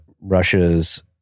Russia's